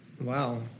wow